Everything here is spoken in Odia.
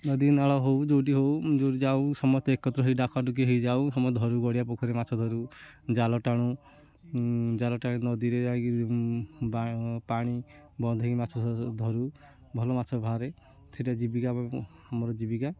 ନଦୀନାଳ ହଉ ଯେଉଁଠି ହଉ ଯେଉଁଠି ଯାଉ ସମସ୍ତେ ଏକତ୍ର ହେଇକି ଡାକଡୁକି ହେଇଯାଉ ସମସ୍ତେ ଧରୁ ଗଡ଼ିଆ ପୋଖରୀ ମାଛ ଧରୁ ଜାଲ ଟାଣୁ ଜାଲ ଟାଣୁ ନଦୀରେ ଯାଇକି ପାଣି ବନ୍ଦ ହେଇକି ମାଛ ଧରୁ ଭଲ ମାଛ ବାହାରେ ସେଇଟା ଜୀବିକା ଆମର ଜୀବିକା